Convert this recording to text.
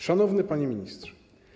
Szanowny Panie Ministrze!